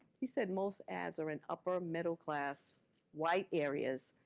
he said most ads are in upper middle class white areas,